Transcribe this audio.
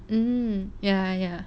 um ya ya